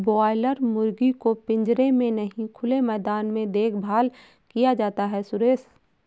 boiler मुर्गी को पिंजरे में नहीं खुले मैदान में देखभाल किया जाता है सुरेश